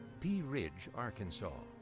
pea ridge, arkansas,